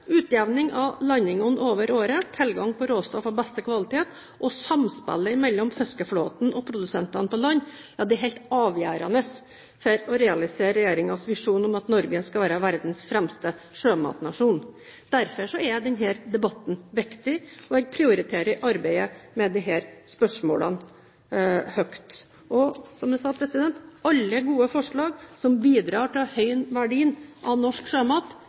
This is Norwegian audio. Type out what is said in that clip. Utjevning av landingene over året, tilgang på råstoff av beste kvalitet og samspillet mellom fiskeflåten og produsentene på land er helt avgjørende for å realisere regjeringens visjon om at Norge skal være verdens fremste sjømatnasjon. Derfor er denne debatten viktig, og jeg prioriterer arbeidet med disse spørsmålene høyt. Og som jeg sa: Alle gode forslag som bidrar til å høyne verdien av norsk sjømat,